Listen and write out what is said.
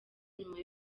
nyuma